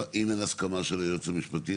אם אין הסכמה של היועץ המשפטי,